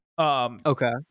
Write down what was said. Okay